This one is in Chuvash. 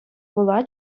пула